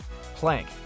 Plank